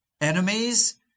Enemies